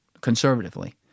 conservatively